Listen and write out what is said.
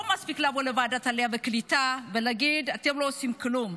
לא מספיק לבוא לוועדת העלייה והקליטה ולהגיד: אתם לא עושים כלום.